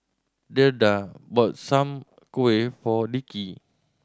Dedra bought Soon Kuih for Dickie